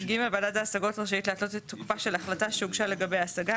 (ג)ועדת ההשגות רשאית להתלות את תוקפה של החלטה שהוגשה לגביה השגה,